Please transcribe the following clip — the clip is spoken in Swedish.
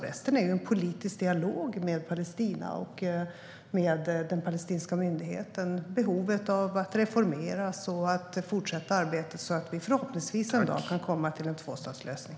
Resten är en politisk dialog med Palestina och den palestinska myndigheten om behovet av att reformera och fortsätta arbetet så att vi förhoppningsvis en dag kan komma till en tvåstatslösning.